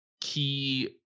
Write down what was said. key